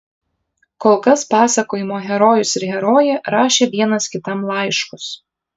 kol kas pasakojimo herojus ir herojė rašė vienas kitam laiškus